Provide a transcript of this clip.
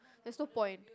there's no point